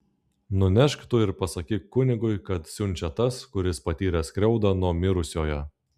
nunešk tu ir pasakyk kunigui kad siunčia tas kuris patyrė skriaudą nuo mirusiojo